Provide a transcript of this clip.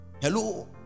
Hello